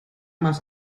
must